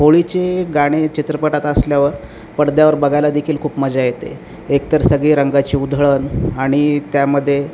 होळीचे गाणे चित्रपटात असल्यावर पडद्यावर बघायला देखील खूप मजा येते एकतर सगळी रंगाची उधळण आणि त्यामध्ये